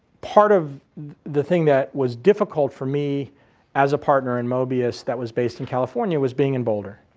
part of the thing that was difficult for me as a partner in mobius that was based in california was being in boulder.